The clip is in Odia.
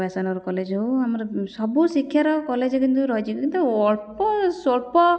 ବ୍ୟାସନଗର କଲେଜ୍ ହେଉ ଆମର ସବୁ ଶିକ୍ଷାର କଲେଜ କିନ୍ତୁ ରହିଛି କିନ୍ତୁ ଅଳ୍ପ ସ୍ୱଳ୍ପ